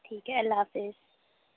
ٹھیک ہے اللہ حافظ